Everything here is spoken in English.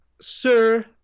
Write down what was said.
Sir